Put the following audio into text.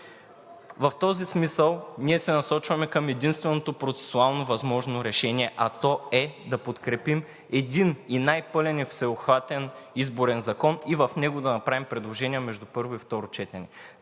В този смисъл ние се насочваме към единственото процесуално възможно решение, а то е да подкрепим един и най-пълен и всеобхватен изборен закон и в него да направим предложения между първо и второ четене.